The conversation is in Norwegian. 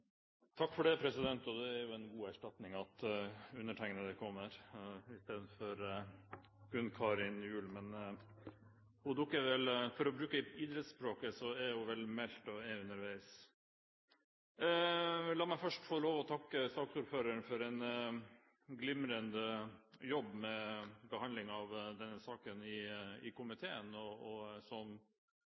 Takk for det, president! Det er jo en god erstatning at undertegnede kommer – istedenfor Gunn Karin Gjul. Men for å bruke idrettsspråket er hun vel meldt og er underveis. La meg først få lov å takke saksordføreren for en glimrende jobb med behandlingen av denne saken i komiteen. Som saksordføreren redegjorde for, er det enighet i komiteen og i Stortinget om denne saken og